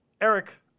Eric